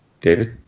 David